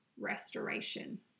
restoration